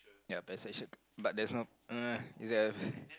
ya passage but that's no uh